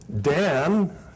Dan